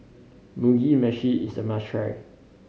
Mugi Meshi is a must try